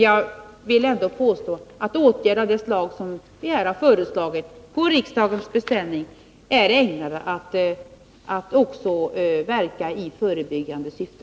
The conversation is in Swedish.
Jag vill ändå påstå att åtgärder av det slag som regeringen på riksdagens beställning här har föreslagit är ägnade att också verka i förebyggande syfte.